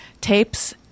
tapes